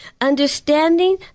understanding